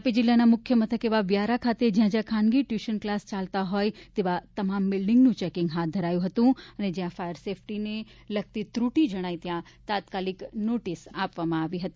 તો તાપી જિલ્લાના મુખ્ય મથક એવા વ્યારા ખાતે જયાં જ્યાં ખાનગી ટ્યૂશન ક્લાસ ચાલતા હોય તેવા તમામ બિલ્ડિંગનું ચેકિંગ હાથ ધરાયું હતું અને જ્યાં ફાયર સેફ્ટીને લગતી ત્રુટિ જણાઈ ત્યાં તાત્કાલિક નોટિસ આપવામાં આવી છે